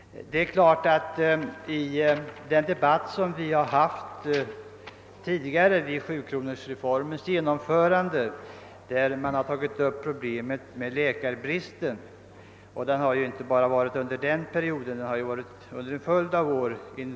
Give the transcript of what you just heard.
I den debatt som vi tidigare hade i samband med 7-kronorsreformens genomförande framgick att det råder stor brist på läkare, och denna brist har varit rådande under en följd av år.